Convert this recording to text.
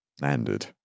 landed